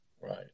Right